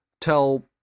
tell